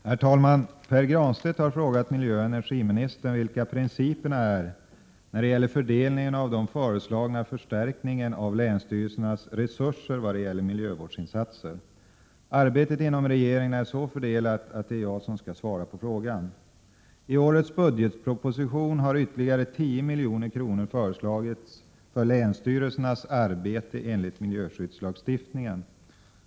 Herr talman! Pär Granstedt har frågat miljöoch energiministern vilka principerna är för fördelningen av den föreslagna förstärkningen av länsstyrelsernas resurser för miljöinsatser. Arbetet inom regeringen är så fördelat att det är jag som skall svara på frågan. I årets budgetproposition har ytterligare 10 milj.kr. föreslagits för länsstyrelsernas arbete enligt miljöskyddslagstiftningen.